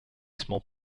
small